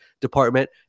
Department